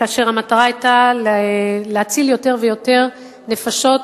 כאשר המטרה היתה להציל יותר ויותר נפשות